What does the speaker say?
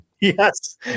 Yes